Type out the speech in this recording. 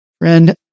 Friend